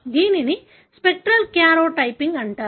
దీనిని spectral karyotyping అంటారు